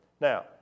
Now